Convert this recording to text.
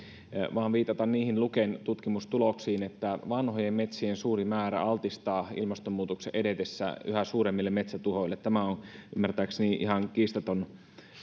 vain viitata niihin luken tutkimustuloksiin että vanhojen metsien suuri määrä altistaa ilmastonmuutoksen edetessä yhä suuremmille metsätuhoille tämä on ymmärtääkseni ihan kiistaton